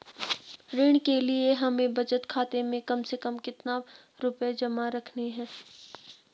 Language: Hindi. ऋण के लिए हमें बचत खाते में कम से कम कितना रुपये जमा रखने हैं?